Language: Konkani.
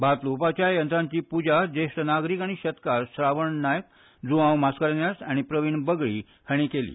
भात लुवपाच्या यंत्रांची प्रजा जेश्ठ नागरिक आनी शेतकार श्रावण नायक ज़्वांव मास्कारेन्हस आनी प्रवीण बगळी हांणी केली